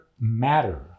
matter